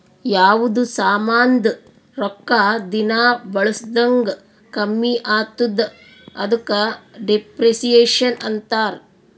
ಯಾವ್ದು ಸಾಮಾಂದ್ ರೊಕ್ಕಾ ದಿನಾ ಬಳುಸ್ದಂಗ್ ಕಮ್ಮಿ ಆತ್ತುದ ಅದುಕ ಡಿಪ್ರಿಸಿಯೇಷನ್ ಅಂತಾರ್